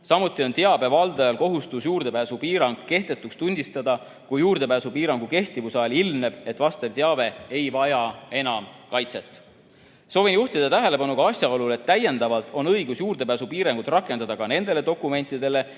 Samuti on teabe valdajal kohustus juurdepääsupiirang kehtetuks tunnistada, kui juurdepääsupiirangu kehtivuse ajal ilmneb, et vastav teave ei vaja enam kaitset. Soovin juhtida tähelepanu ka asjaolule, et täiendavalt on õigus juurdepääsupiirangut rakendada ka nendele dokumentidele,